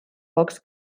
pocs